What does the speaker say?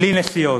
בלי נסיעות.